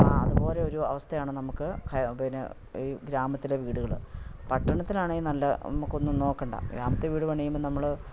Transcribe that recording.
ആ അതുപോലെയൊരു അവസ്ഥയാണ് നമുക്ക് പിന്നെ ഈ ഗ്രാമത്തിലെ വീടുകൾ പട്ടണത്തിലാണേ നല്ല നമുക്കൊന്നും നോക്കേണ്ട ഗ്രാമത്തിൽ വീട് പണിയുമ്പോൾ നമ്മൾ